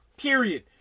Period